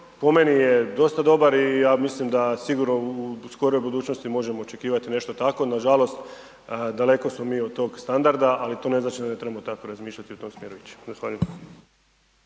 po meni je dosta dobar i ja mislim da sigurno u skoroj budućnosti možemo očekivati nešto tako, nažalost daleko smo mi od tog standarda, ali to ne znači da ne trebamo tako razmišljati i u tom smjeru